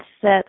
set